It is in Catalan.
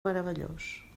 meravellós